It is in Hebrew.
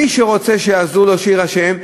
מי שרוצה שיעזרו לו, שיירשם.